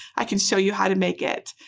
i can show you how to make it.